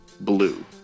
BLUE